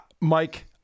Mike